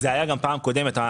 היה גם בפעם הקודמת.